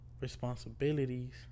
responsibilities